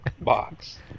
box